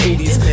80s